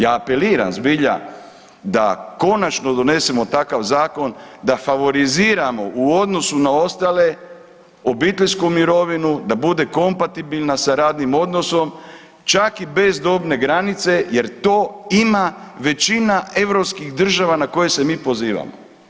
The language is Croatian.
Ja apeliram, zbilja, da konačno donesemo takav zakon da favoriziramo u odnosu na ostale obiteljsku mirovinu da bude kompatibilna sa radnim odnosom čak i bez dobne granice jer to ima većina europskih država na koje se mi pozivamo.